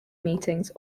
meetings